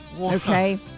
Okay